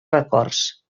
records